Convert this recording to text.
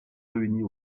réunit